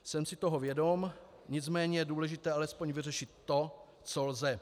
Jsem si toho vědom, nicméně je důležité alespoň vyřešit to, co lze.